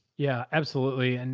yeah, absolutely. and